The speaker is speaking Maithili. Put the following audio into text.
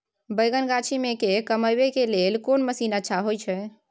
बैंगन गाछी में के कमबै के लेल कोन मसीन अच्छा होय छै?